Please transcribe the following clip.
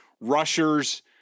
rushers